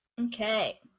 Okay